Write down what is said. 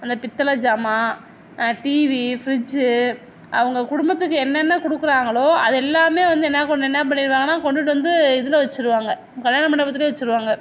அந்த பித்தளை சாமான் டிவி ஃப்ரிட்ஜ்ஜு அவங்க குடும்பத்துக்கு என்னென்ன கொடுக்குறாங்களோ அது எல்லாமே வந்து என்ன பண்ணும் என்ன பண்ணிவிடுவாங்கன்னா கொண்டுவிட்டு வந்து இதில் வச்சுருவாங்க கல்யாண மண்டபத்திலையே வச்சுருவாங்க